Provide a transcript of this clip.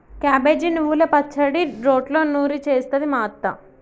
cabbage నువ్వల పచ్చడి రోట్లో నూరి చేస్తది మా అత్త